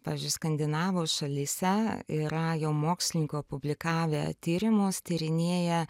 pavyzdžiui skandinavų šalyse yra jau mokslininko publikavę tyrimus tyrinėję